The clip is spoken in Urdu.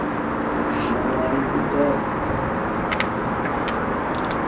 السّلام علیکم سر